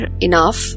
enough